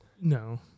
no